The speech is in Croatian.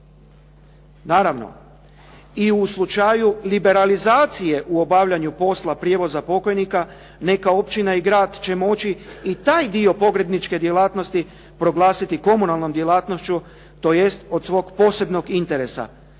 Naravno, i u slučaju liberalizacije u obavljanju posla prijevoza pokojnika neka općina i grad će moći i taj dio pogrebničke djelatnosti proglasiti komunalnom djelatnošću tj. od svog posebnog interesa.